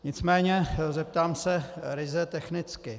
Nicméně zeptám se ryze technicky.